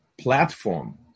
platform